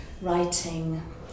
writing